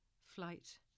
flight